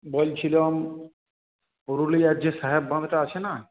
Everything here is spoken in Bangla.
বলছিলাম পুরুলিয়ার যে সাহেব বাঁধটা আছে না